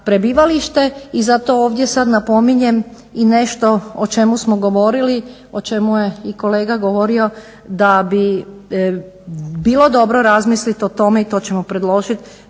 i zato ovdje sad napominjem i nešto o čemu smo govorili, o čemu je i kolega govorio da bi bilo dobro razmislit o tome i to ćemo predložit